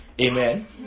amen